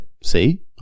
See